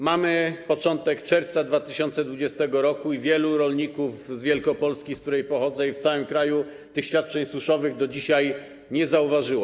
Mamy początek czerwca 2020 r. i wielu rolników z Wielkopolski, z której pochodzę, i w całym kraju tych świadczeń suszowych do dzisiaj nie zauważyło.